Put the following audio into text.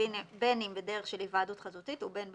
בין אם בדרך של היוועדות חזותית ובין בנוכחות.